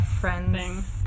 friends